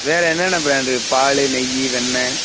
வேறு என்னென்ன ப்ராண்டு பால் நெய் வெண்ணெய்